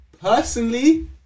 Personally